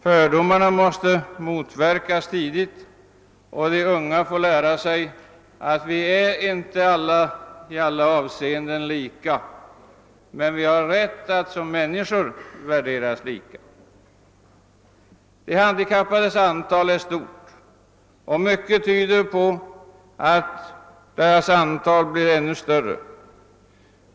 Fördomarna måste motverkas tidigt och de unga måste lära sig, att vi alla inte är lika i alla avseenden men att vi har rätt att som människor värderas lika. De handikappades antal är stort och mycket tyder på att det blir ännu större.